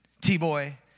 T-Boy